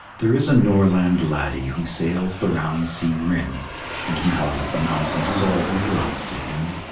there is a norland laddie who sails the round sea-rim, and malyn of the mountains is all the world to him.